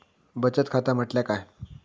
बचत खाता म्हटल्या काय?